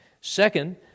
Second